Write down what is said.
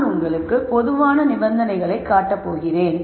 நான் உங்களுக்கு பொதுவான நிபந்தனைகளை காட்டப் போகிறேன்